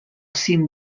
cim